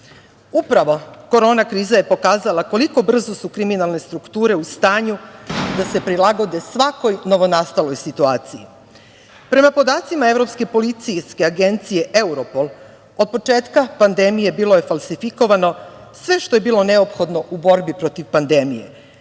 korona kriza je pokazala koliko brzo su kriminalne strukture u stanju da se prilagode svakoj novonastaloj situaciji. Prema podacima Evropske policijske agencije Europol, od početka pandemije bilo je falsifikovano sve što je bilo neophodno u borbi protiv pandemije: